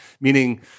Meaning